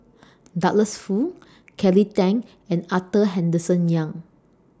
Douglas Foo Kelly Tang and Arthur Henderson Young